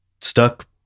stuck